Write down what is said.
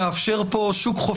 בבקשה.